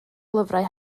lyfrau